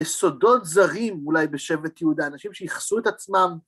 יסודות זרים אולי בשבט יהודה, אנשים שהכסו את עצמם